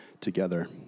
together